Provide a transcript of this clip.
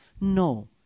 No